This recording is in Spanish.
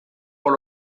por